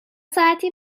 ساعتی